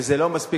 וזה לא מספיק.